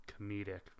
comedic